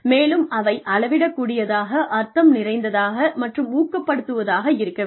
மேலும் அவை அளவிடக்கூடியதாக அர்த்தம் நிறைந்ததாக மற்றும் ஊக்கப்படுத்துவதாக இருக்க வேண்டும்